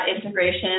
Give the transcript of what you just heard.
integration